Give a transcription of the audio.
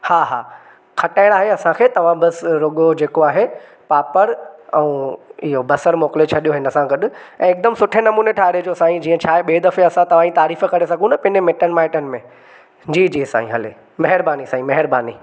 हा हा खटाइण आहे असांखे तव्हां बस रुगो जेको आहे पापड़ ऐं बसरु मोकिले छॾियो हिन सां गॾ ऐं हिकदमि सुठे नमूने ठाहिराइजो साईं जीअं छा आहे ॿिए दफ़े असां तव्हांजी तारीफ़ करे सघूं न पंहिंजे मिटनि माइटनि में जी जी सा ई हले महिरबानी साईं महिरबानी